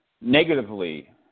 negatively